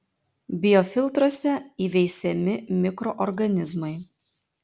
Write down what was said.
biofiltruose įveisiami mikroorganizmai